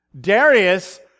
Darius